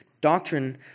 Doctrine